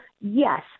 yes